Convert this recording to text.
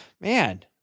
Man